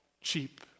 cheap